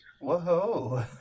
Whoa